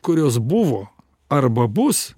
kurios buvo arba bus